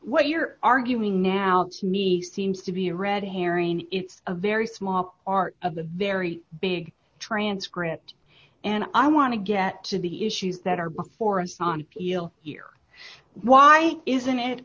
what you're arguing now to me seems to be a red herring it's a very small art of a very big transcript and i want to get to the issues that are before us on he'll here why isn't it